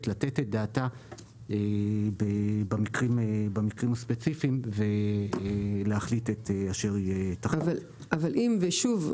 לתת את דעתה במקרים הספציפיים ולהחליט את אשר -- אבל אם ושוב,